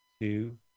two